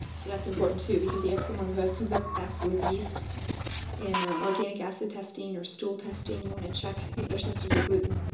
so that's important too because you have someone who has comes up back with yeast in organic acid testing or stool testing, you want to check if they're sensitive to gluten.